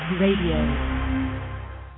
Radio